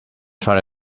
try